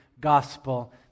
gospel